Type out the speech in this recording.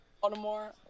Baltimore